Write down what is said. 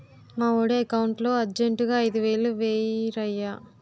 మావోడి ఎకౌంటులో అర్జెంటుగా ఐదువేలు వేయిరయ్య